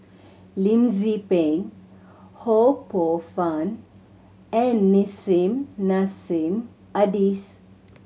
Lim Tze Peng Ho Poh Fun and Nissim Nassim Adis